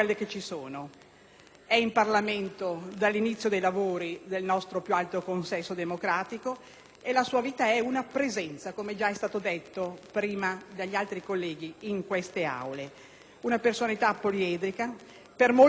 È in Parlamento dall'inizio dei lavori del nostro più alto consesso democratico e la sua vita è una presenza, come già è stato ricordato prima da altri colleghi. Una personalità poliedrica, per molti misteriosa: